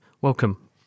Welcome